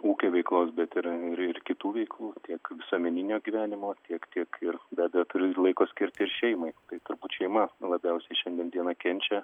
ūkio veiklos bet ir ir kitų veiklų tiek visuomeninio gyvenimo tiek tiek ir beabejo turiu ir laiko skirti ir šeimai tai turbūt šeima labiausiai šiandien dieną kenčia